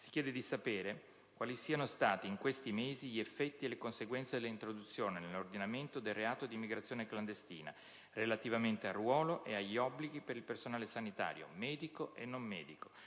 si chiede di sapere: quali siano stati, in questi mesi, gli effetti e le conseguenze dell'introduzione nell'ordinamento del reato di immigrazione clandestina relativamente al ruolo ed agli obblighi per il personale sanitario, medico e non medico,